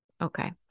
Okay